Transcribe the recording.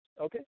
okay